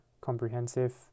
comprehensive